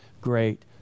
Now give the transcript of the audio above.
great